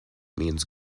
means